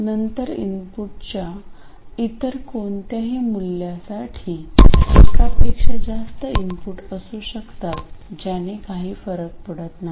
नंतर इनपुटच्या इतर कोणत्याही मूल्यासाठी एकापेक्षा जास्त इनपुट असू शकतात ज्याने काही फरक पडत नाही